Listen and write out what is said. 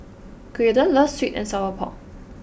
Graydon loves Sweet and Sour Pork